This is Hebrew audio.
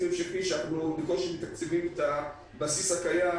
המשכי כשאנחנו בקושי מתקצבים את הבסיס הקיים,